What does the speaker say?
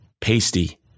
pasty